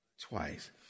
twice